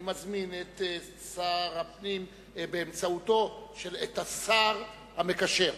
אני מזמין את שר הפנים, באמצעות השר המקשר,